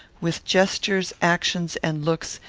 with gestures, actions, and looks,